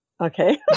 Okay